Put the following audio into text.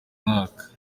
mwaka